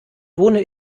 wohne